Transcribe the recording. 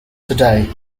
today